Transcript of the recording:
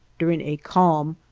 during a calm,